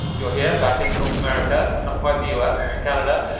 you're here, back in north america, not quite the u s, canada,